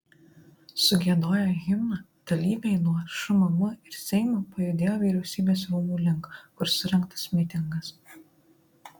sugiedoję himną dalyviai nuo šmm ir seimo pajudėjo vyriausybės rūmų link kur surengtas mitingas